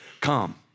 Come